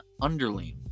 underling